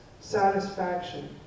satisfaction